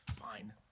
Fine